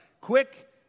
quick